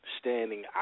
standing